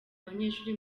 banyeshuri